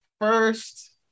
First